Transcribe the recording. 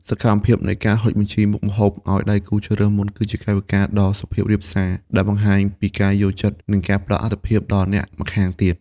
សកម្មភាពនៃការហុចបញ្ជីមុខម្ហូប ឱ្យដៃគូជ្រើសរើសមុន គឺជាកាយវិការដ៏សុភាពរាបសារដែលបង្ហាញពីការយល់ចិត្ត និងការផ្ដល់អាទិភាពដល់អ្នកម្ខាងទៀត